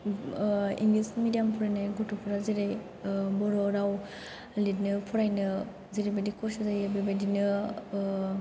English medium फरायनाय गथ'फ्रा जेरै बर' राव लिरनो फरायनो जेरैबायदि खस्ट जायो बेबादिनाे